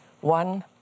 one